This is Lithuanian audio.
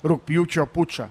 rugpjūčio pučą